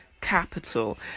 capital